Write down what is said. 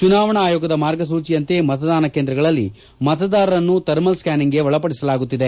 ಚುನಾವಣಾ ಆಯೋಗದ ಮಾರ್ಗಸೂಚಿಯಂತೆ ಮತದಾನ ಕೇಂದ್ರಗಳಲ್ಲಿ ಮತದಾರರನ್ನು ಥರ್ಮಲ್ ಸ್ಕ್ಗಾನಿಂಗ್ಗೆ ಒಳಪದಿಸಲಾಗುತ್ತಿದೆ